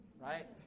Right